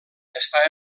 està